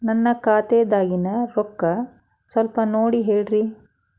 ನನ್ನ ಖಾತೆದಾಗಿನ ರೊಕ್ಕ ಸ್ವಲ್ಪ ನೋಡಿ ಹೇಳ್ರಿ